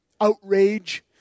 Outrage